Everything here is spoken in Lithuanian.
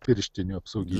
pirštinių apsauginių